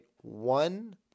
one